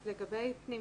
אז לגבי פנימיות,